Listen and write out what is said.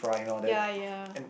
ya ya